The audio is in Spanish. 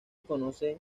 conocen